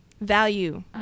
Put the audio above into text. value